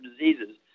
diseases